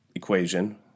equation